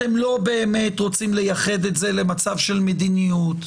אתם לא באמת רוצים לייחד את זה למצב של מדיניות.